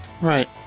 Right